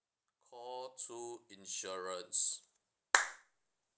call two insurance